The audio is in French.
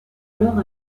alors